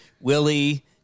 Willie